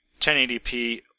1080p